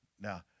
Now